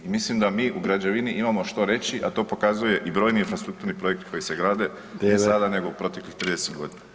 Mislim da mi u građevini imamo što reći a to pokazuje i brojni infrastrukturni projekti koji se grade ne sada nego proteklih 30 godina.